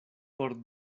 por